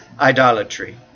idolatry